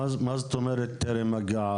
מה זאת אומרת טרם הגעה?